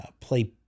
play